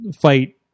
fight